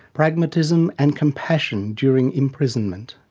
pragmatism and compassion during imprisonment.